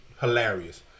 hilarious